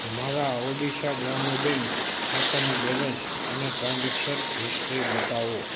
મારા ઓડીશા ગ્રામ્ય બેંક ખાતાનું બૅલેન્સ અને ટ્રાન્ઝૅક્શન હિસ્ટ્રી બતાવો